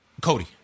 Cody